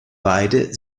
beide